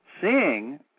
seeing